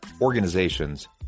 organizations